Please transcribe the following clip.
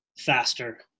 faster